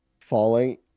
falling